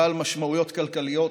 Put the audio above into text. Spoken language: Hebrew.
בעל משמעויות כלכליות,